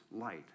light